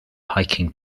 hiking